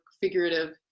figurative